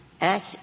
act